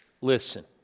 listen